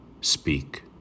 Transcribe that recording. speak